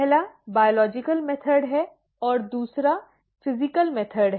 पहली बायोलॉजिकल विधि है और दूसरी भौतिक विधि है